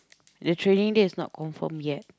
actually that's not confirmed yet